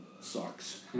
sucks